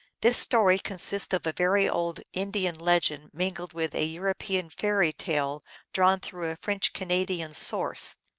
this story consists of a very old indian legend mingled with, a european fairy tale drawn through a french-canadian source.